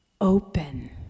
Open